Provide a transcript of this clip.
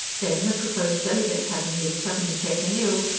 then, the proposed delegate having been suddenly taken ill,